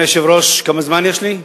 אדוני היושב-ראש, כמה זמן יש לי?